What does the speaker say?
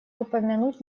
упомянуть